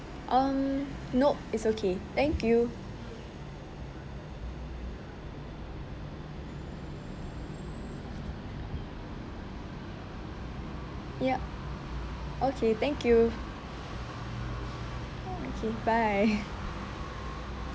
um nope it's okay thank you yup okay thank you okay bye